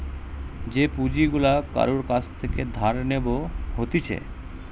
যে পুঁজি গুলা কারুর কাছ থেকে ধার নেব হতিছে